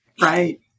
Right